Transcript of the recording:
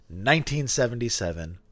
1977